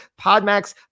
PodMax